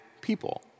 people